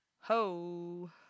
Ho